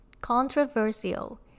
controversial